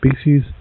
species